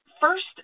first